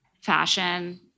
Fashion